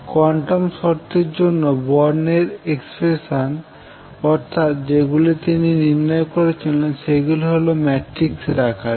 quantum শর্তের জন্য Born এর এক্সপ্রেশান অর্থাৎ যেগুলি তিনি নির্ণয় করেছেন সেগুলি হল ম্যাট্রিক্স আকারে